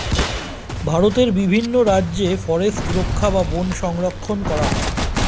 ভারতের বিভিন্ন রাজ্যে ফরেস্ট রক্ষা বা বন সংরক্ষণ করা হয়